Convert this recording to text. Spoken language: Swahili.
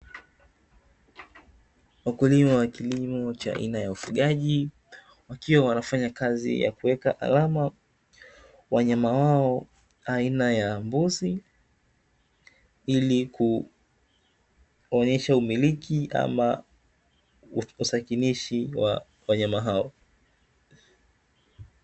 Wakulima wa kilimo cha aina ya ufugaji wakiwa wanafanya kazi ya kuweka alama wanyama wao aina ya mbuzi, ili kuonyesha umiliki ama usahinishi wa wanyama hao.